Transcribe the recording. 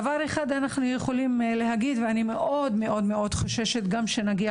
דבר אחד אנחנו יכולים להגיד ואני מאוד מאוד מאוד חוששת גם שנגיע